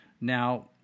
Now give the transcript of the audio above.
now